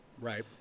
Right